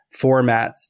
formats